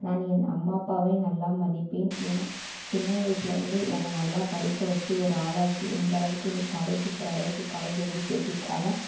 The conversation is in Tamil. நான் என் அம்மா அப்பாவை நல்லா மதிப்பேன் ஏன்னால் சின்ன வயசிலேந்து என்ன நல்லா படிக்க வச்சு ஒரு ஆளாக்கி இந்தளவுக்கு இன்றைக்கு காலேஜ் போகிற அளவுக்கு காலேஜ் வந்து சேர்த்திருக்காங்க